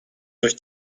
durch